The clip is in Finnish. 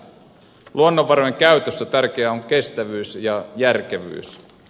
luonnonvarojen käytössä tärkeää on kestävyys ja järkevyys